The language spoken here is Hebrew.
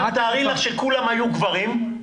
תארי לך שכולם היו גברים,